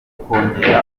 umubare